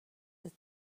that